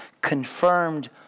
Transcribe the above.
confirmed